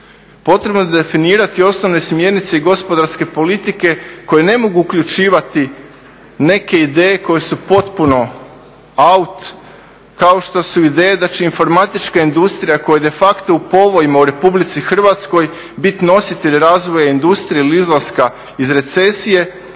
Potrebno je definirati osnovne smjernice i gospodarske politike koje ne mogu uključivati neke ideje koje su potpuno out kao što su ideje da će informatička industrija koja je defacto u povojima u Republici Hrvatskoj biti nositelj razvoja industrije ili izlaska iz recesije